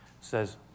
says